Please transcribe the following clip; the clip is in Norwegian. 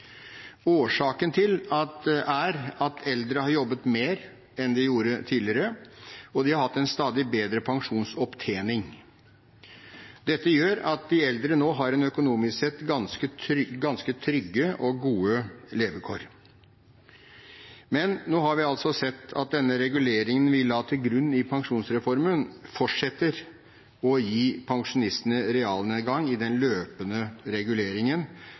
Årsaken er at eldre har jobbet mer enn de gjorde tidligere, og de har hatt en stadig bedre pensjonsopptjening. Dette gjør at de eldre økonomisk sett nå har ganske trygge og gode levekår. Men nå har vi sett at den reguleringen vi la til grunn i pensjonsreformen, fortsetter å gi pensjonistene realnedgang i den løpende reguleringen